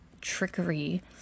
trickery